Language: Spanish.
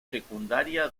secundaria